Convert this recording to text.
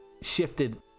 shifted